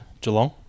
Geelong